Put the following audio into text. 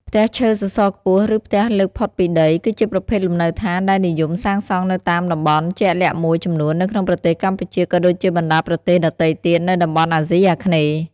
ផ្ទះឈើសសរខ្ពស់ ឬផ្ទះលើកផុតពីដី គឺជាប្រភេទលំនៅឋានដែលនិយមសាងសង់នៅតាមតំបន់ជាក់លាក់មួយចំនួននៅក្នុងប្រទេសកម្ពុជា ក៏ដូចជាបណ្តាប្រទេសដទៃទៀតនៅតំបន់អាស៊ីអាគ្នេយ៍ ។